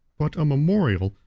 but a memorial,